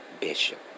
Bishop